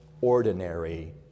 ordinary